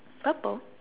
purple